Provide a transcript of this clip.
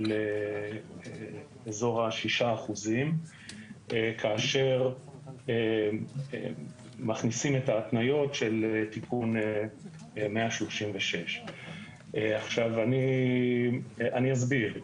לאזור ה-6% כאשר מכניסים את ההתניות של תיקון 136. אני אסביר.